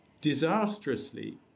disastrously